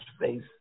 face